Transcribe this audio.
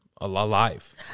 alive